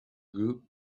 group